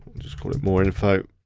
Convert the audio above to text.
just call it more info,